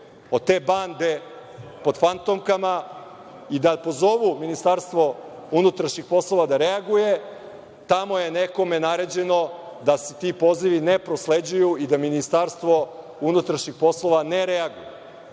od te bande pod fantomkama i da pozovu Ministarstvo unutrašnjih poslova da reaguje, tamo je nekome naređeno da se ti pozivi ne prosleđuju i da Ministarstvo unutrašnjih poslova ne reaguje. Mi